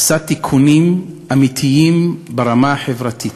עושה תיקונים אמיתיים ברמה החברתית.